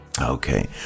okay